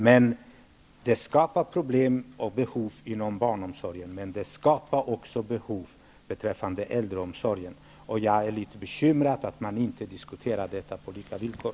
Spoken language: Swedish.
Men det skapar, som sagt, både problem och behov, och då inte bara i fråga om barnomsorgen utan också beträffande äldreomsorgen. Jag är litet bekymrad över att dessa diskussioner inte förs på lika villkor.